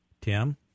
Tim